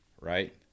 right